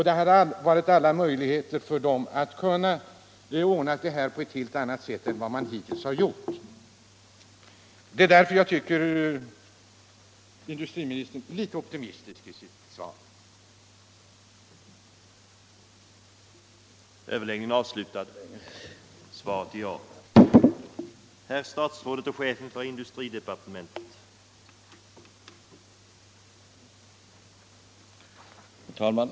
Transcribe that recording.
De har haft alla möjligheter att angripa frågan på ett helt annat sätt än vad som hittills skett. Jag tycker följaktligen att industriministern är för optimistisk i sitt svar, i synnerhet då det råder en omfattande brist på skogsråvara.